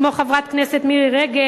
כמו חברת הכנסת מירי רגב,